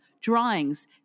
drawings